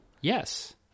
yes